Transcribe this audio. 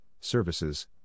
services